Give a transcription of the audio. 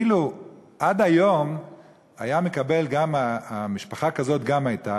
עד היום משפחה כזאת אפילו גם הייתה,